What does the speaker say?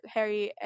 Harry